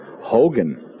Hogan